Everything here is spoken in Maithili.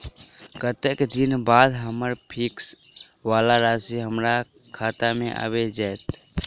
कत्तेक दिनक बाद हम्मर फिक्स वला राशि हमरा खाता मे आबि जैत?